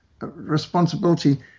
responsibility